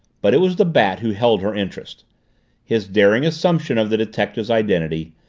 but it was the bat who held her interest his daring assumption of the detective's identity,